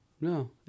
No